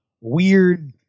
weird